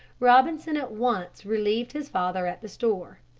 robinson at once relieved his father at the store.